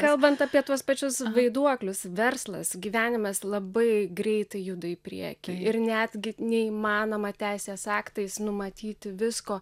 kalbant apie tuos pačius vaiduoklius verslas gyvenimas labai greitai juda į priekį ir netgi neįmanoma teisės aktais numatyti visko